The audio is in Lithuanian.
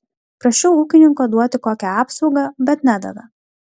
prašiau ūkininko duoti kokią apsaugą bet nedavė